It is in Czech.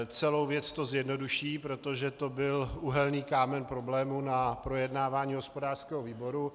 Celou věc to zjednoduší, protože to byl úhelný kámen problému na projednávání hospodářského výboru.